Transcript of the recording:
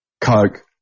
Coke